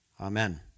Amen